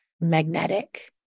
magnetic